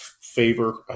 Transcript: favor